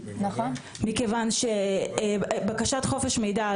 מכיוון שבקשת חופש מידע,